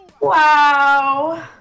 Wow